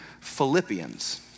Philippians